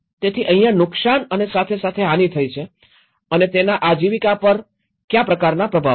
તેથી અહીંયા નુકસાન અને સાથે સાથે હાની થઇ છે અને તેના આજીવિકા પર કયા પ્રકારનાં પ્રભાવો છે